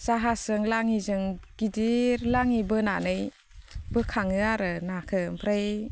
जाहाजजों लाङिजों गिदिर लाङि बोनानै बोखाङो आरो नाखौ ओमफ्राय